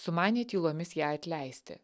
sumanė tylomis ją atleisti